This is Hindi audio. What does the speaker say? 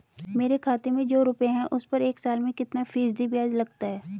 मेरे खाते में जो रुपये हैं उस पर एक साल में कितना फ़ीसदी ब्याज लगता है?